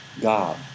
God